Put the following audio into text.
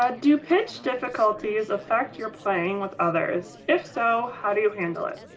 ah do pitch difficulties affect your playing with others? if so how do you handle it?